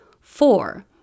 four